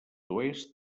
oest